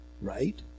right